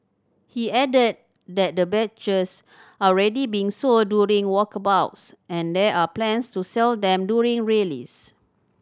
he added that the badges are already being sold during walkabouts and there are plans to sell them during rallies